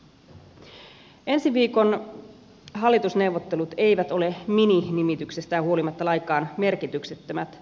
ensi viikon hallitusneuvottelut eivät ole mini nimityksestään huolimatta lainkaan merkityksettömät